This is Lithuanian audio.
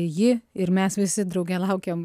ji ir mes visi drauge laukiam